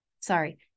sorry